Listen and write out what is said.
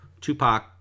Tupac